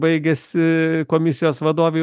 baigėsi komisijos vadovei